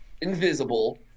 invisible